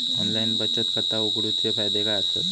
Online बचत खाता उघडूचे फायदे काय आसत?